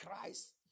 Christ